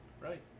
Right